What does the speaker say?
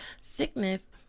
sickness